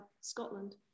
Scotland